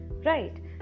Right